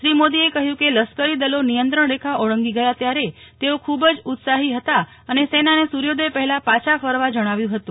શ્રી મોદીએ કહ્યું કે લશ્કરીદલો નિયંત્રણ રેખા ઓળંગી ગયા ત્યારે તેઓ ખૂબ જ ઉત્સાહી હતા અને સેનાને સૂર્યોદય પહેલાં પાછા ફરવા જણાવ્યું હતું